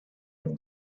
have